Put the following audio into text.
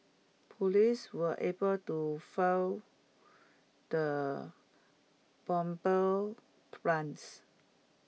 Police were able to foil the bomber's plans